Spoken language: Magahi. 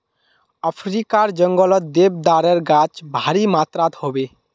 अफ्रीकार जंगलत देवदारेर गाछ भारी मात्रात ह बे